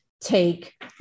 take